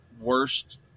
worst